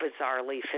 bizarrely